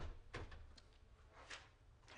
אני